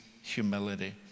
humility